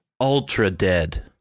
Ultra-dead